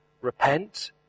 repent